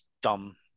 dumb